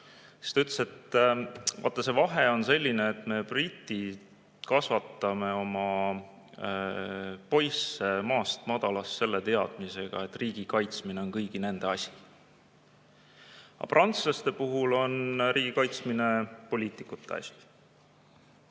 Siis ta ütles: "Vaata, see vahe on selline, et meie, britid, kasvatame oma poisse maast madalast selle teadmisega, et riigi kaitsmine on kõigi nende asi, aga prantslaste puhul on riigi kaitsmine poliitikute asi."